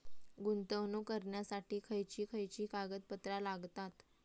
गुंतवणूक करण्यासाठी खयची खयची कागदपत्रा लागतात?